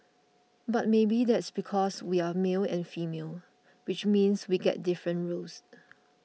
but maybe that's because we're male and female which means we get different roles